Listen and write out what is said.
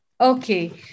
Okay